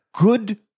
good